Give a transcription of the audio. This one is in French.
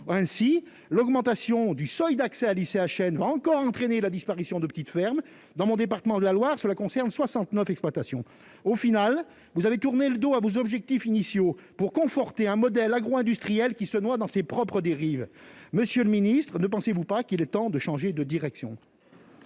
ainsi l'augmentation du seuil d'accès à l'ICHN va encore entraîner la disparition de petites fermes dans mon département de la Loire, cela concerne 69 exploitations au final vous avez tourné le dos à vos objectifs initiaux pour conforter un modèle agro- industriel qui se noie dans ses propres dérives monsieur le Ministre, ne pensez-vous pas qu'il est temps de changer de direction.